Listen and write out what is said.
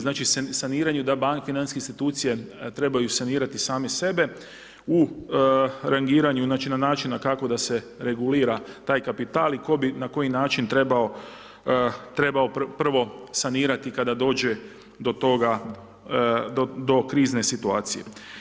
Znači seniranju, da banke, financijske institucije, trebaju sanirati sami sebe, u rangiranju, na način na kako da se regulira taj kapital i tko bi na koji način trebao prvo sanirati kada dođe do toga, do krizne situacije.